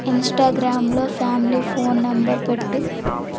ఇన్స్టాగ్రామ్లో family phone number పెట్టు